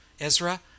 Ezra